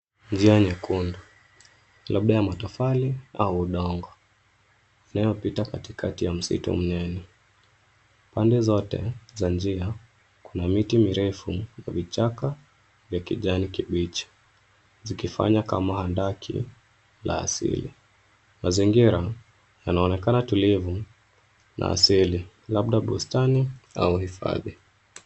Njia nyekundu, labda ya matofali au udongo inayopita katikati ya msitu mnene. Pande zote za njia kuna miti mirefu na vichaka vya kijani kibichi, zikifanya kama handaki la asili. Mazingira yanaonekana tulivu na asili, labda bustani au hifadhi.